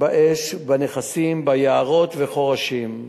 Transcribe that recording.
באש בנכסים, ביערות ובחורשים.